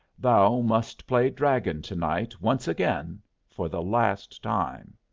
thou must play dragon to-night once again for the last time.